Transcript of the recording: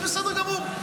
זה בסדר גמור.